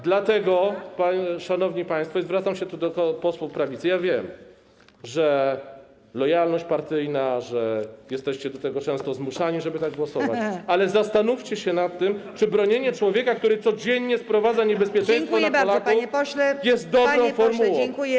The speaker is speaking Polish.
Dlatego, szanowni państwo, i zwracam się do posłów prawicy, wiem, że lojalność partyjna, że jesteście do tego często zmuszani, żeby tak głosować, ale zastanówcie się nad tym, czy bronienie człowieka, który codziennie sprowadza niebezpieczeństwo na Polaków, jest dobrą formułą.